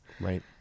right